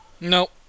No